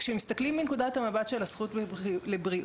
כשמסתכלים מנקודת המבט של הזכות לבריאות,